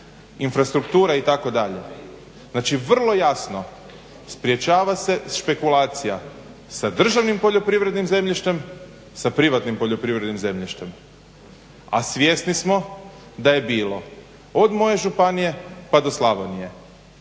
infrastruktura itd. znači vrlo jasno sprječava se špekulacija sa državnim poljoprivrednim zemljištem, sa privatnim poljoprivrednim zemljištem, a svjesni smo da je bilo od moje županije pa do Slavonije,